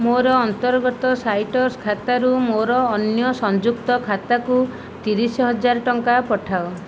ମୋର ଅନ୍ତର୍ଗତ ସାଇଟ୍ରସ୍ ଖାତାରୁ ମୋର ଅନ୍ୟ ସଂଯୁକ୍ତ ଖାତାକୁ ତିରିଶ ହଜାର ଟଙ୍କା ପଠାଅ